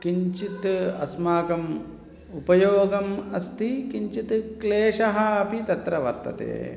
किञ्चित् अस्माकम् उपयोगम् अस्ति किञ्चित् क्लेशः अपि तत्र वर्तते